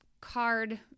card